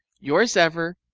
yours ever,